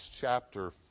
chapter